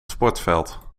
sportveld